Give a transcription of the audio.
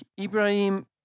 Ibrahim